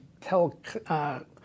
tell